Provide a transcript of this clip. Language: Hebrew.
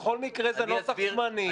בכל מקרה זה נוסח זמני.